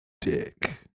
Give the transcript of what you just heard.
dick